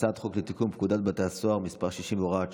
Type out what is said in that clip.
אינה נוכחת האם יש מישהו באולם,